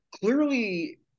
Clearly